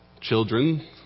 children